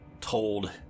told